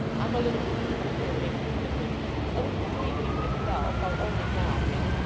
i'm a little' here miggs simpered a little sleepy myself i'll own it now, mim,